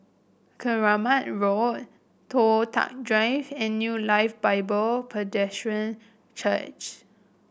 Keramat Road Toh Tuck Drive and New Life Bible Presbyterian Church